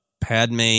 Padme